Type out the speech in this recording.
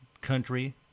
country